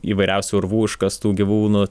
įvairiausių urvų užkastų gyvūnų